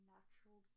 Natural